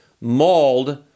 mauled